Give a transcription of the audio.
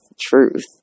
truth